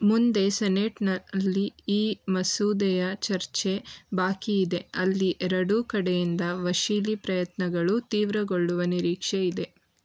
ಮುಂದೆ ಸೆನೆಟ್ನಲ್ಲಿ ಈ ಮಸೂದೆಯ ಚರ್ಚೆ ಬಾಕಿಯಿದೆ ಅಲ್ಲಿ ಎರಡೂ ಕಡೆಯಿಂದ ವಶೀಲಿ ಪ್ರಯತ್ನಗಳು ತೀವ್ರಗೊಳ್ಳುವ ನಿರೀಕ್ಷೆಯಿದೆ